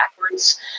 backwards